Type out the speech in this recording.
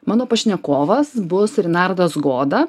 mano pašnekovas bus rinardas goda